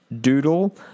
Doodle